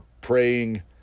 praying